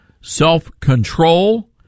self-control